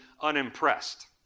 unimpressed